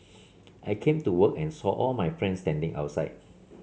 I came to work and saw all my friends standing outside